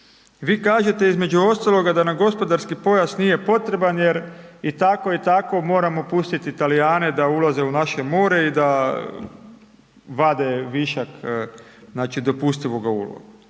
Vi kažete između ostaloga da nam gospodarski pojas nije potreban jer i tako i tako moramo pustiti Talijane da ulaze u naše more i da vade višak znači dopustivoga ulova.